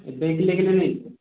ଏବେ କିଲେ କିଲେ ନେଇଯିବେ